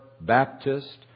Baptist